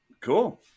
Cool